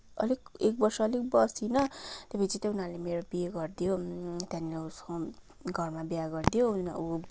अलिक एक वर्ष अलिक बसिनँ त्यहाँपछि चाहिँ उनीहरूले मेरो बिहे गरिदियो त्यहाँनिर उसको घरमा बिहा गरिदियो ऊ